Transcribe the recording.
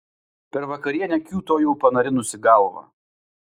per vakarienę kiūtojau panarinusi galvą